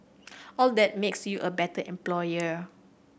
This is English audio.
all that makes you a better employer